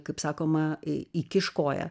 kaip sakoma i įkiš koją